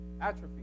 Atrophy